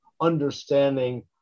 understanding